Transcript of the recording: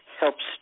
helps